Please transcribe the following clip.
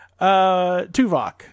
Tuvok